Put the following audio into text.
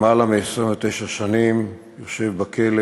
למעלה מ-29 שנים יושב בכלא